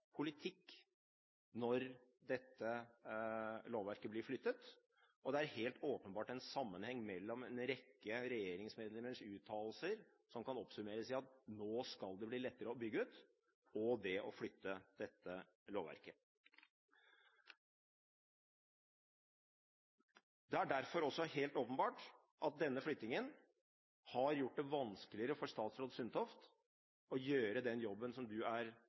politikk når forvaltningen av dette lovverket blir flyttet, og det er helt åpenbart en sammenheng mellom en rekke regjeringsmedlemmers uttalelser, som kan oppsummeres med: Nå skal det bli lettere å bygge ut, og det å flytte forvaltningen av dette lovverket. Det er derfor også helt åpenbart at denne flyttingen har gjort det vanskeligere for statsråd Sundtoft å gjøre den jobben hun er